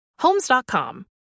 Homes.com